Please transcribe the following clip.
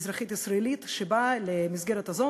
אזרחית ישראלית שבאה למסגרת הזו